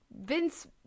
Vince